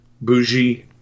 bougie